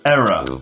Error